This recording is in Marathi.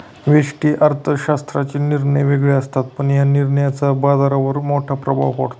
व्यष्टि अर्थशास्त्राचे निर्णय वेगळे असतात, पण या निर्णयांचा बाजारावर मोठा प्रभाव पडतो